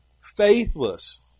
Faithless